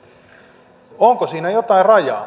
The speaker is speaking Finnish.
onko siinä jotain rajaa